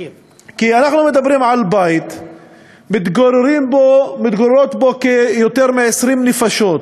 כי אנחנו מדברים על בית שמתגוררות בו יותר מ-20 נפשות,